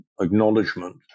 acknowledgement